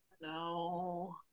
No